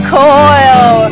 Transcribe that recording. coil